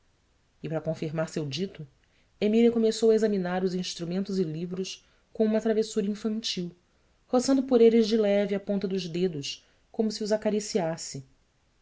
e para confirmar seu dito emília começou a examinar os instrumentos e livros com uma travessura infantil roçando por eles de leve a ponta dos dedos como se os acariciasse